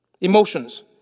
Emotions